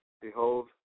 Behold